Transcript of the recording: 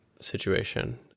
situation